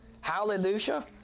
Hallelujah